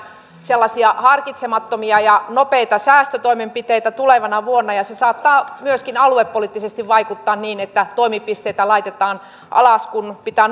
sellaisia harkitsemattomia ja nopeita säästötoimenpiteitä tulevana vuonna ja se saattaa myöskin aluepoliittisesti vaikuttaa niin että toimipisteitä laitetaan alas kun pitää